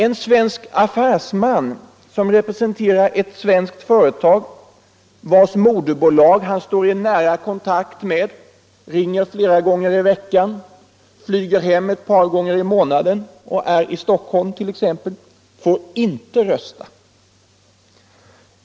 En svensk affärsman som representerar ett svenskt företag vars moderbolag han står i nära kontakt med — han ringer hem flera gånger i veckan, flyger hem ett par gånger i månaden — får inte rösta.